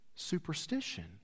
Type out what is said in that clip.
superstition